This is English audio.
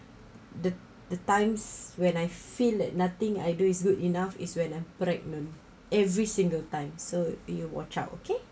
the the times when I feel that nothing I do is good enough is when I'm pregnant every single time so you watch out okay